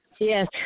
Yes